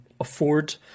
afford